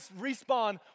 respawn